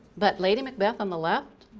but lady macbeth on the left?